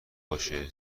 باشه